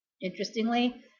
Interestingly